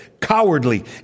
cowardly